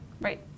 Right